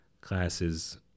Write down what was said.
classes